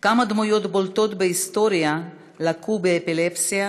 כמה דמויות בולטות בהיסטוריה לקו באפילפסיה: